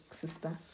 sister